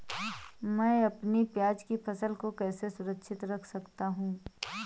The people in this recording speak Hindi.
मैं अपनी प्याज की फसल को कैसे सुरक्षित रख सकता हूँ?